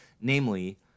Namely